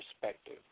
perspective